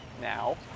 Now